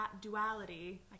duality